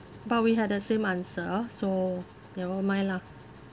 but we had the same answer so never mind lah